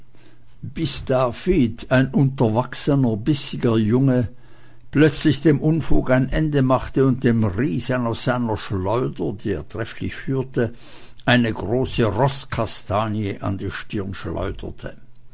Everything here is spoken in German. bis david ein unterwachsener bissiger junge plötzlich dem unfug ein ende machte und dem riesen aus seiner schleuder die er trefflich führte eine große roßkastanie an die stirn schleuderte